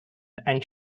and